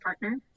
partner